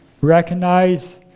recognize